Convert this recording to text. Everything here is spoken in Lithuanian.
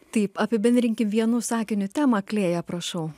taip apibendrinkim vienu sakiniu temą klėja prašau